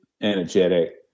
energetic